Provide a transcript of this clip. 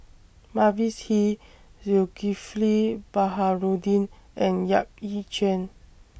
Mavis Hee Zulkifli Baharudin and Yap Ee Chian